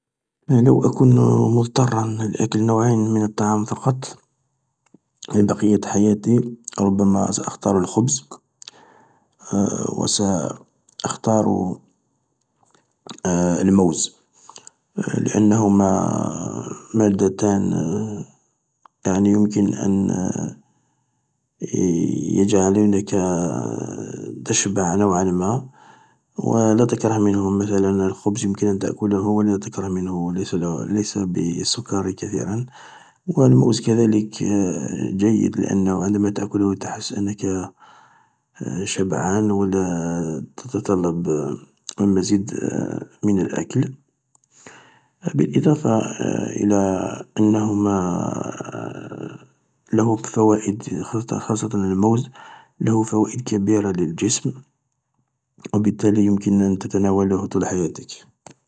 لو اكون مضطرا لأكل نوعين من الطعام فقط بيقية حياتي ربما سأختار الخبز و سأختار الموز لأنهما مادتان يعني يمكن أن يجعلانك تشبع نوعا ما و لا تكره منه، مثلا الخبز يمكن أن تأكله ولا أكره منه ليس به السكر كثيرا والموز كذلك جيد لان عندما تأكله تحس انك شبعان و لا تتطلب المزيد من الأكل، بالإضافة إلى انهما له فوائد خاصة الموز له فوائد كبيرة للجسم وبالتالي يمكن أن تتناوله طول حياتك.